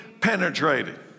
penetrated